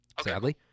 sadly